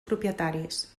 propietaris